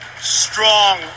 strong